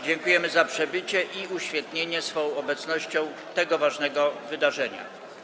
Dziękujemy za przybycie i uświetnienie swą obecnością tego ważnego wydarzenia.